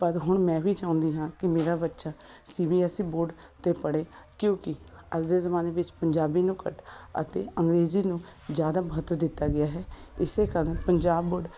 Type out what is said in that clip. ਪਰ ਹੁਣ ਮੈਂ ਵੀ ਚਾਹੁੰਦੀ ਹਾਂ ਕਿ ਮੇਰਾ ਬੱਚਾ C B S E board ਤੋਂ ਪੜ੍ਹੇ ਕਿਉਂਕਿ ਅੱਜ ਦੇ ਜ਼ਮਾਨੇ ਵਿੱਚ ਪੰਜਾਬੀ ਨੂੰ ਘੱਟ ਅਤੇ ਅੰਗਰੇਜ਼ੀ ਨੂੰ ਜ਼ਿਆਦਾ ਮਹੱਤਵ ਦਿੱਤਾ ਗਿਆ ਹੈ ਇਸ ਕਾਰਨ ਪੰਜਾਬ ਬੋਰਡ